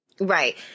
Right